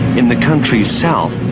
in the country's south.